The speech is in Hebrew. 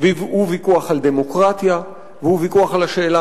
והוא ויכוח על דמוקרטיה והוא ויכוח על השאלה